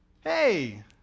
hey